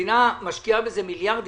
המדינה משקיעה בזה מיליארדים,